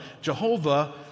Jehovah